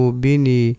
bini